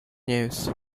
news